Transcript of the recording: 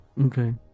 okay